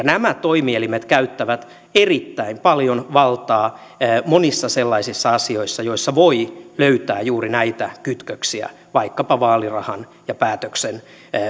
nämä toimielimet käyttävät erittäin paljon valtaa monissa sellaisissa asioissa joissa voi löytää juuri näitä kytköksiä vaikkapa vaalirahan ja päätöksen välillä